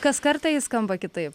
kas kartą ji skamba kitaip